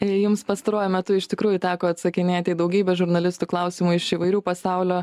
e jums pastaruoju metu iš tikrųjų teko atsakinėti į daugybę žurnalistų klausimų iš įvairių pasaulio